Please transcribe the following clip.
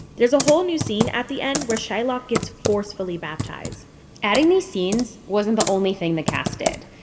there's a whole new scene at the end where shylock gets forcefully baptized adding these scenes wasn't the only thing the cast did.